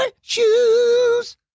shoes